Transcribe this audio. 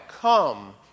Come